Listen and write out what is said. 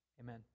Amen